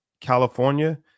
California